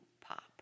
pop